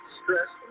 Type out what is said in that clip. stress